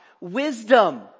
wisdom